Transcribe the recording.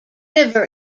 river